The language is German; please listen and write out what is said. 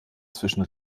zwischen